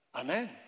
Amen